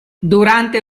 durante